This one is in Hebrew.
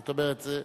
זאת אומרת זה,